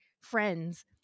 friends